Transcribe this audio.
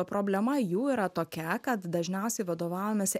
problema jų yra tokia kad dažniausiai vadovaujamasi